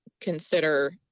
consider